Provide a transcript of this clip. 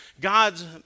God's